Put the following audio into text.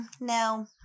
no